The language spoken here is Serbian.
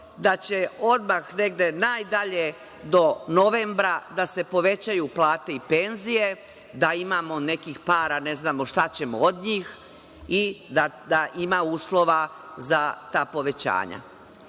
da će odmah, negde najdalje do novembra, da se povećaju plate i penzije, da imamo nekih para, ne znamo šta ćemo od njih i da ima uslova za ta povećanja. Šta